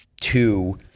Two